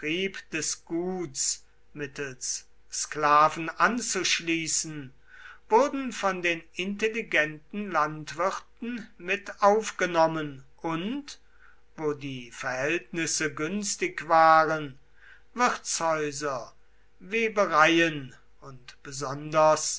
des guts mittels sklaven anzuschließen wurden von den intelligenten landwirten mit aufgenommen und wo die verhältnisse günstig waren wirtshäuser webereien und besonders